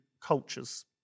cultures